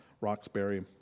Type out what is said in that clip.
Roxbury